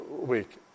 week